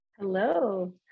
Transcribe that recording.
Hello